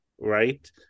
right